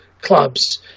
clubs